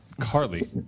Carly